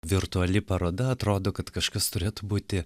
virtuali paroda atrodo kad kažkas turėtų būti